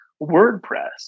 WordPress